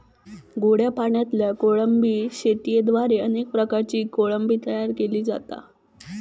गोड्या पाणयातल्या कोळंबी शेतयेद्वारे अनेक प्रकारची कोळंबी तयार केली जाता